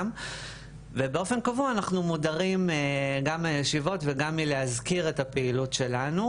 ובאופן קבוע אנחנו "מודרים" גם מהישיבות וגם מלהזכיר את הפעילות שלנו